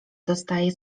dostaje